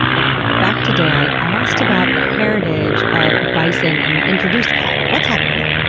now, back to dan. i asked about the heritage of the bison and the introduced cattle. what's happening there?